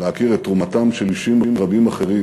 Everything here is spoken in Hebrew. להכיר את תרומתם של אישים רבים אחרים